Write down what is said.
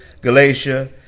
Galatia